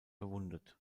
verwundet